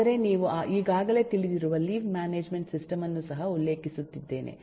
ಆದರೆ ನಾವು ಈಗಾಗಲೇ ತಿಳಿದಿರುವ ಲೀವ್ ಮ್ಯಾನೇಜ್ಮೆಂಟ್ ಸಿಸ್ಟಮ್ ಅನ್ನು ಸಹ ಉಲ್ಲೇಖಿಸುತ್ತಿದ್ದೇನೆ